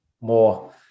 more